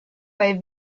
bei